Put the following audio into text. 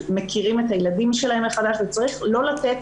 מכירים את הילדים שלהם מחדש וצריך לא לתת